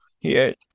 Yes